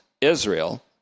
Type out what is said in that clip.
Israel